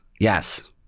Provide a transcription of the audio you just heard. yes